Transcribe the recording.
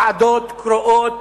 ועדות קרואות